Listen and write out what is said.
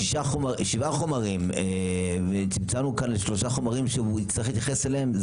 משבעה חומרים צמצמנו כאן לשלושה חודשים שהוא צריך להתייחס אליהם.